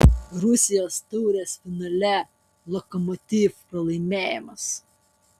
rusijos taurės finale lokomotiv pralaimėjimas